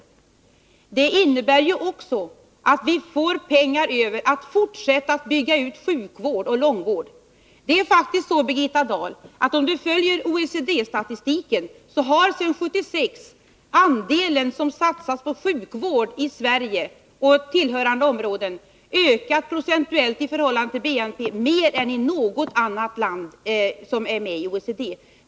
Vårt förslag innebär också att vi får pengar över för att fortsätta att bygga ut sjukvård och långvård. Det är faktiskt så, Birgitta Dahl, att enligt OECD:s statistik har sedan 1976 andelen som satsas på sjukvård och tillhörande områden i Sverige ökat mer procentuellt i förhållande till BNP än i något annat land som är med i OECD.